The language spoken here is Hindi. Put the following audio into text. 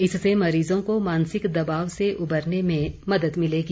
इससे मरीज़ों को मानसिक दबाव से उबरने में मदद मिलेगी